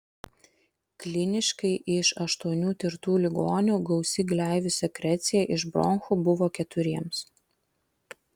kliniškai iš aštuonių tirtų ligonių gausi gleivių sekrecija iš bronchų buvo keturiems